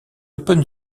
open